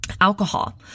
alcohol